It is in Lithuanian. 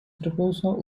priklauso